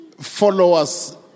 followers